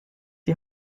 die